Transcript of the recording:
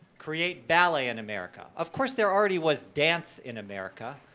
create ballet in america. of course there already was dance in america,